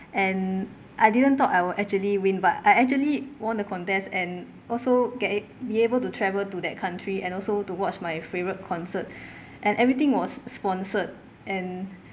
and I didn't thought I will actually win but I actually won the contest and also get it be able to travel to that country and also to watch my favourite concert and everything was sponsored and